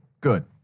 Good